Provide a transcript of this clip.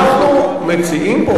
אנחנו מציעים פה,